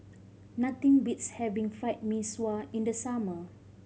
nothing beats having Fried Mee Sua in the summer